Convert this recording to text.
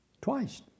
Twice